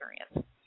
experience